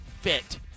fit